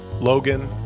Logan